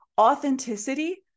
Authenticity